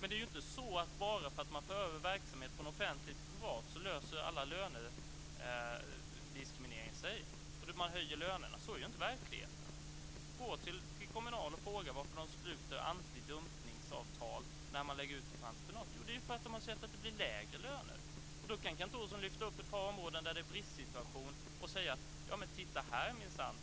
Men det är ju inte så att bara för att man för över verksamhet från offentligt till privat löser sig all lönediskriminering och lönerna höjs. Så är inte verkligheten. Gå till Kommunal och fråga varför de sluter antidumpningsavtal när det läggs ut på entreprenad. Det beror ju på att de har sett att det blir lägre löner. Kent Olsson lyfter upp ett par områden där det är en bristsituation och säger "titta här blev det minsann